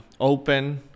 open